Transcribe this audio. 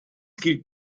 gilt